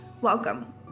Welcome